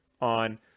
on